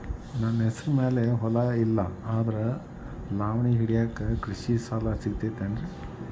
ನನ್ನ ಹೆಸರು ಮ್ಯಾಲೆ ಹೊಲಾ ಇಲ್ಲ ಆದ್ರ ಲಾವಣಿ ಹಿಡಿಯಾಕ್ ಕೃಷಿ ಸಾಲಾ ಸಿಗತೈತಿ ಏನ್ರಿ?